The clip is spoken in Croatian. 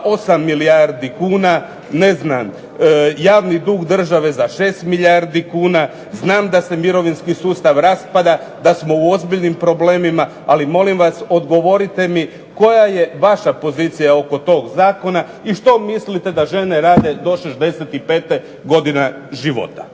8 milijardi kuna, javni dug države za 6 milijardi kuna, znam da se mirovinski sustav raspada, da smo u ozbiljnim problemima, ali molim vas odgovorite mi koja je vaša pozicija oko tog Zakona i što mislite da žene rade do 65 godine života?